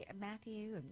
Matthew